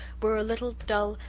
where a little dull,